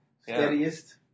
steadiest